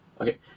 Okay